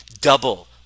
double